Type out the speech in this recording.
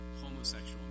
homosexual